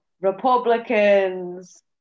Republicans